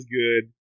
good